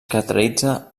caracteritza